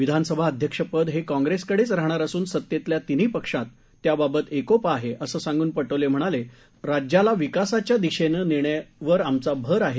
विधानसभा अध्यक्षपद हे काँग्रेसकडेच राहणार असून सत्तेतल्या तिन्ही पक्षात त्याबाबत एकोपा आहे असे सांगून पटोले म्हणाले राज्याला विकासाच्या दिशेने नेण्यावर आमचा भर आहे